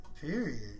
period